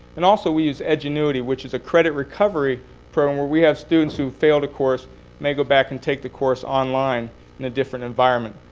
and also, we use edgenuity, which is a credit recovery program, where we have students who failed a course, who may go back and take the course online in a different environment.